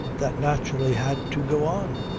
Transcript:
that naturally had to go on.